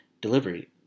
delivery